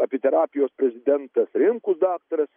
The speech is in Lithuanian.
apie terapijos prezidentas rimkus daktaras